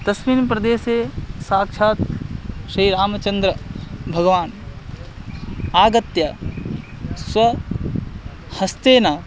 तस्मिन् प्रदेशे साक्षात् श्रीरामचन्द्रः भगवान् आगत्य स्वहस्तेन